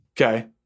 Okay